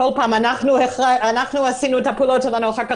בכל פעם אנחנו עשינו את הפעולות ואחר כך